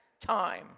time